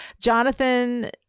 Jonathan